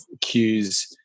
cues